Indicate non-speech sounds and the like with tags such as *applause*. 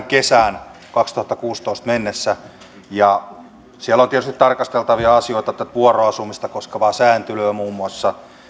*unintelligible* kesään kaksituhattakuusitoista mennessä siellä on tietysti tarkasteltavia asioita tätä vuoroasumista koskevaa sääntelyä muun muassa